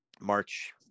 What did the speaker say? March